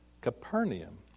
Capernaum